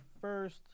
first